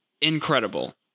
incredible